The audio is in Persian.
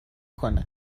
کنه